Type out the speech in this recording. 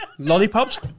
Lollipops